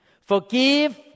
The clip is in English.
Forgive